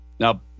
Now